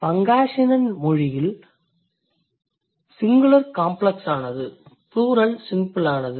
Pangasinan மொழியில் singular காம்ப்ளக்ஸானது plural சிம்பிளானது